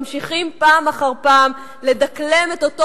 ממשיכים פעם אחר פעם לדקלם את אותו